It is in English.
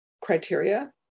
criteria